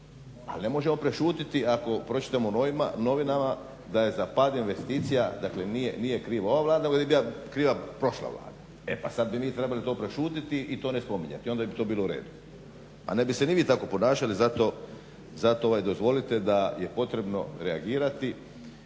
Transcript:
ali ne možemo prešutiti ako pročitamo u novinama da je za pad investicija dakle nije kriva ova Vlada uvijek je kriva prošla Vlada. E pa sada bi mi trebali to prešutiti i to ne spominjati i onda bi to bilo u redu. A ne bi se ni vi tako ponašali zato dozvolite da je potrebno reagirati